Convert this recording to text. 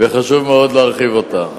וחשוב מאוד להרחיב אותה,